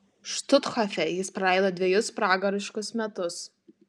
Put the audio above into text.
štuthofe jis praleido dvejus pragariškus metus